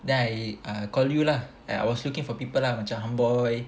then I ah call you lah uh I was looking for people ah macam ham boy